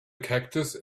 cactus